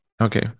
Okay